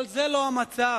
אבל זה לא המצב.